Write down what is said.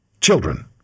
Children